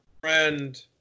friend